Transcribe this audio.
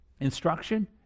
instruction